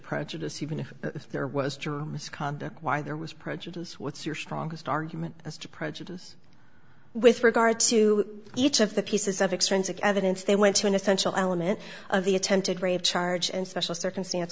produce even if there was joy misconduct why there was produce what's your strongest argument as to prejudice with regard to each of the pieces of extrinsic evidence they went to an essential element of the attempted rape charge and special circumstance